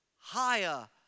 higher